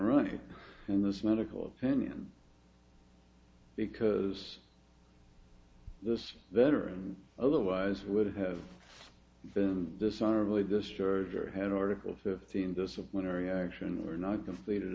running in this medical opinion because this veterans otherwise would have been dishonorably discharged or had article fifteen disciplinary action were not completed